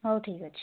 ହଉ ଠିକ୍ ଅଛି